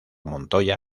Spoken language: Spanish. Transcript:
montoya